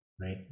right